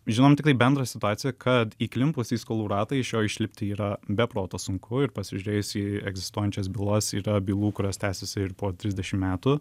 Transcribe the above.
žinom tiktai bendrą situaciją kad įklimpus į skolų ratą iš jo išlipti yra be proto sunku ir pasižiūrėjus į egzistuojančias bylas yra bylų kurios tęsiasi ir po trisdešim metų